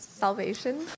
Salvation